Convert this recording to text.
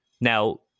now